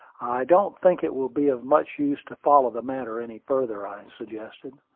don't think it will be of much use to follow the matter any further, i suggested.